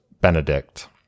Benedict